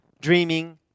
dreaming